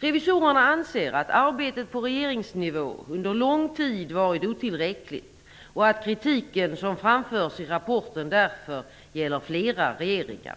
Revisorerna anser att arbetet på regeringsnivå under lång tid varit otillräckligt och att kritiken som framförs i rapporten därför gäller flera regeringar.